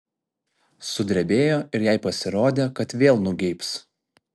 sudrebėjo ir jai pasirodė kad vėl nugeibs